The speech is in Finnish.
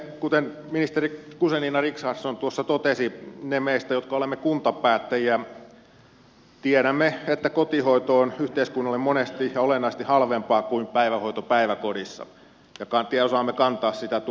kuten ministeri guzenina richardson tuossa totesi ne meistä jotka olemme kuntapäättäjiä tietävät että kotihoito on yhteiskunnalle monesti ja olennaisesti halvempaa kuin päivähoito päiväkodissa ja osaamme kantaa sitä tuskaa